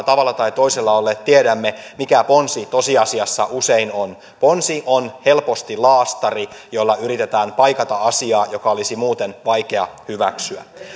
tavalla tai toisella mukana olleet tiedämme mikä ponsi tosiasiassa usein on ponsi on helposti laastari jolla yritetään paikata asiaa joka olisi muuten vaikea hyväksyä